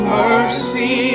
mercy